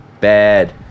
bad